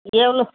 எவ்வளோ